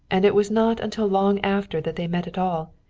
and it was not until long after that they met at all,